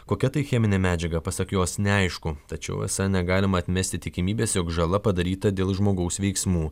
kokia tai cheminė medžiaga pasak jos neaišku tačiau esą negalima atmesti tikimybės jog žala padaryta dėl žmogaus veiksmų